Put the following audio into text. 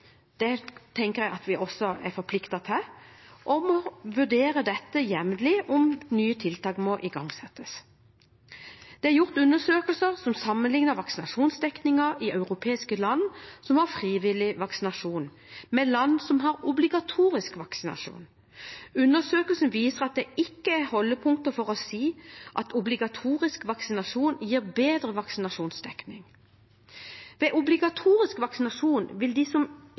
det tenker jeg at vi også er forpliktet til – og vurderer jevnlig om nye tiltak må igangsettes. Det er gjort undersøkelser som sammenligner vaksinasjonsdekningen i europeiske land som har frivillig vaksinasjon, med land som har obligatorisk vaksinasjon. Undersøkelsen viser at det ikke er holdepunkter for å si at obligatorisk vaksinasjon gir bedre vaksinasjonsdekning. Ved obligatorisk vaksinasjon vil de som